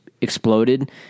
exploded